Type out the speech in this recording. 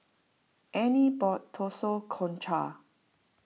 Anie bought Zosui for Concha